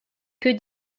que